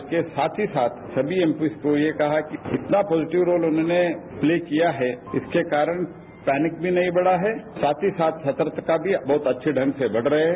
उसके साथ ही साथ सभी एमपी को कहा कि जितना पॉजिटिव रोल उन्होंने प्ले किया है इसके कारण पैनिक भी नहीं बढ़ा है साथ ही साथ सतर्कता भी बहुत अच्छे ढंग से बढ़ रहे हैं